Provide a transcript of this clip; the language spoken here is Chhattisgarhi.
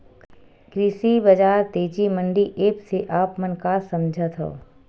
कृषि बजार तेजी मंडी एप्प से आप मन का समझथव?